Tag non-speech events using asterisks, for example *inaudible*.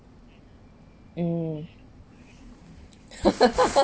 mm *laughs*